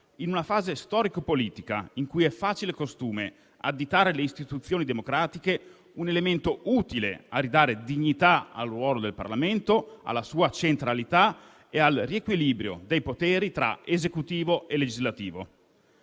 in una fase storico-politica in cui è facile costume additare le istituzioni democratiche, un elemento utile a ridare dignità al ruolo del Parlamento, alla sua centralità e al riequilibrio dei poteri tra esecutivo e legislativo.